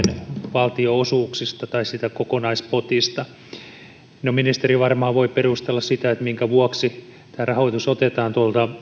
valtionosuuksista tai siitä kokonaispotista no ministeri varmaan voi perustella sitä minkä vuoksi tämä rahoitus otetaan